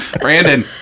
Brandon